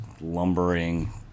lumbering